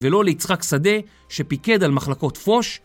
ולא ליצחק שדה שפיקד על מחלקות פוש